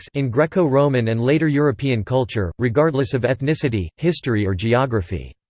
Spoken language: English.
ah in greco-roman and later european culture, regardless of ethnicity, history or geography.